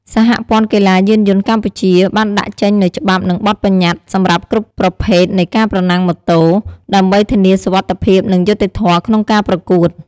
សហព័ន្ធកីឡាយានយន្តកម្ពុជា បានដាក់ចេញនូវច្បាប់ និងបទបញ្ញត្តិសម្រាប់គ្រប់ប្រភេទនៃការប្រណាំងម៉ូតូ ដើម្បីធានាសុវត្ថិភាព និងយុត្តិធម៌ក្នុងការប្រកួត។